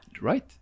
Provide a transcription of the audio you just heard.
right